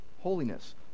Holiness